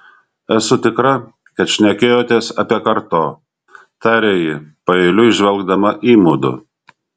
esu tikra kad šnekėjotės apie karto tarė ji paeiliui žvelgdama į mudu